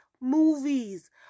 movies